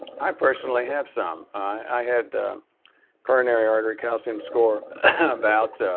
i personally have some. i had coronary artery calcium score about